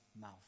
mouth